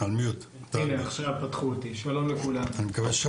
שלום לכולם.